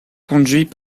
conduits